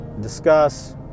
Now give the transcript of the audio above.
discuss